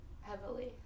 Heavily